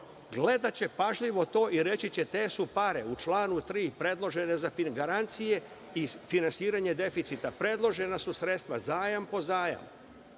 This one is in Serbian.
gledaće pažljivo to i reći će – te su pare u članu 3. predložene za garancije i finansiranje deficita, predložena su sredstva zajam po zajam.